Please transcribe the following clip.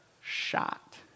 shot